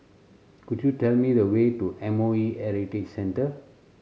could you tell me the way to M O E Heritage Centre